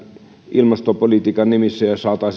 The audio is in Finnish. ilmastopolitiikan nimissä